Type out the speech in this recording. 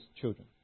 children